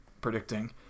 predicting